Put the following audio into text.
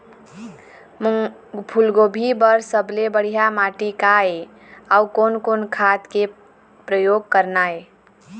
फूलगोभी बर सबले बढ़िया माटी का ये? अउ कोन कोन खाद के प्रयोग करना ये?